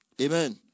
Amen